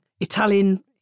Italian